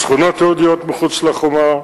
השכונות היהודיות מחוץ לחומה,